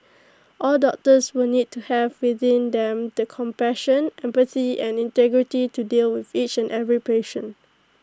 all doctors will need to have within them the compassion empathy and integrity to deal with each and every patient